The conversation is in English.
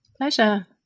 Pleasure